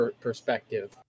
perspective